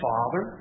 Father